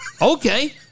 Okay